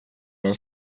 man